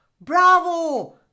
Bravo